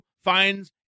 finds